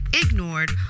ignored